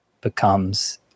becomes